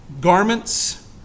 garments